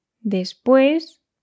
Después